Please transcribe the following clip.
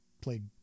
played